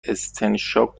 استنشاق